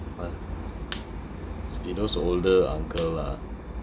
what must be those older uncle lah